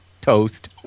toast